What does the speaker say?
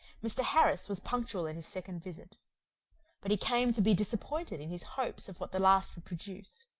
mr. harris was punctual in his second visit but he came to be disappointed in his hopes of what the last would produce.